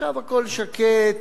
עכשיו הכול שקט,